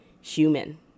human